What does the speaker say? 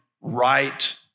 right